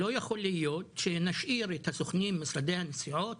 לא יכול להיות שנשאיר את הסוכנים ומשרד הנסיעות